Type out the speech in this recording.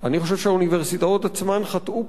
אני חושב שהאוניברסיטאות עצמן חטאו פה.